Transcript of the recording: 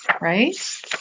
right